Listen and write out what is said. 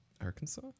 Arkansas